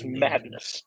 madness